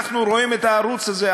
אנחנו רואים את הערוץ הזה,